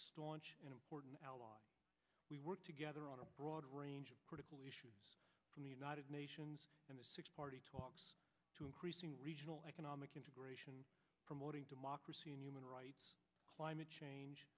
staunch allies we work together on a broad range of critical issues from the united nations in the six party talks to increasing regional economic integration promoting democracy and human rights climate change